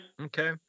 Okay